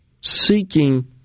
seeking